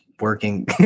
working